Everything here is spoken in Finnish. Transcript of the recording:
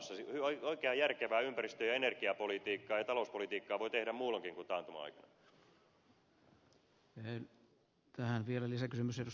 oikeaa järkevää ympäristö ja energiapolitiikkaa ja talouspolitiikkaa voi tehdä muulloinkin kuin taantuman aikana